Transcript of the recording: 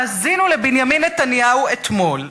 האזינו לבנימין נתניהו אתמול,